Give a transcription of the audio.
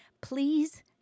please